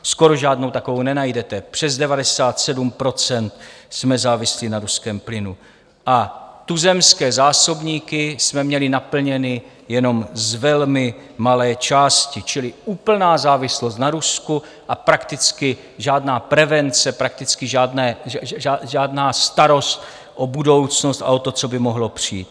Skoro žádnou takovou nenajdete, přes 97 % jsme závislí na ruském plynu a tuzemské zásobníky jsme měli naplněny jenom z velmi malé části, čili úplná závislost na Rusku a prakticky žádná prevence, prakticky žádná starost o budoucnost a o to, co by mohlo přijít.